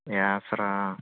Acer ఆ